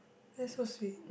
that's so sweet